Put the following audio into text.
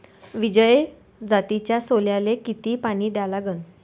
विजय जातीच्या सोल्याले किती पानी द्या लागन?